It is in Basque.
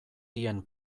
dien